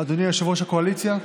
אדוני יושב-ראש הקואליציה,